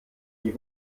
die